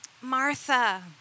Martha